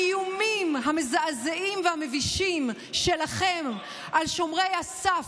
האיומים המזעזעים והמבישים שלכם על שומרי הסף,